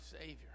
Savior